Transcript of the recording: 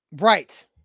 Right